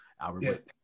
Albert